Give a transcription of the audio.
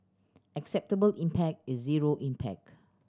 acceptable impact is zero impact